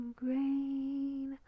grain